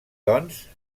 doncs